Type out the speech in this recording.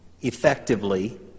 effectively